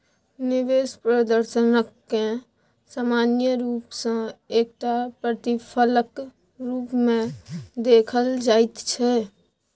निवेश प्रदर्शनकेँ सामान्य रूप सँ एकटा प्रतिफलक रूपमे देखल जाइत छै